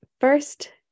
first